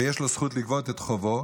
ויש לו זכות לגבות את חובו,